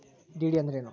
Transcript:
DD ಅಂದ್ರೇನು?